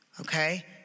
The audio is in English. okay